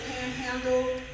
panhandle